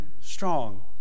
strong